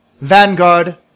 Vanguard